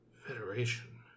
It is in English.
Federation